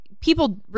people